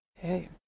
Hey